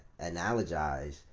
analogize